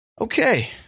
Okay